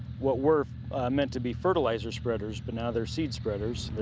what were meant to be fertilizer spreaders, but now they're seed spreaders.